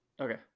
Okay